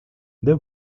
there